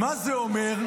מה זה אומר?